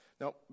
Now